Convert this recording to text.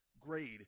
grade